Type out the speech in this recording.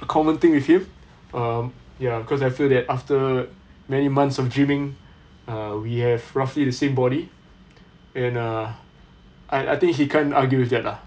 a common thing with him um ya cause I feel that after many months of dreaming err we have roughly the same body and err I I think he can't argue with that lah